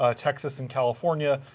ah texas and california.